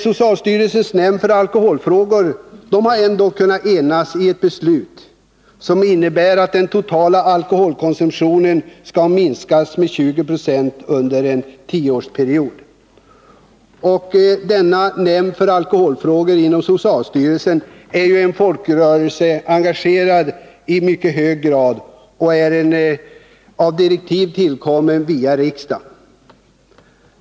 Socialstyrelsens nämnd för alkoholfrågor har ändå kunnat enas om ett beslut, som innebär att den totala alkoholkonsumtionen skall minskas med 20 20 under en tioårsperiod. Denna nämnd för alkoholfrågor inom socialstyrelsen är ju i mycket hög grad baserad på folkrörelseengagemang, och den har enligt direktiv tillkommit via riksdagen.